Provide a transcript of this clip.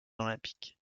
olympiques